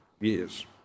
years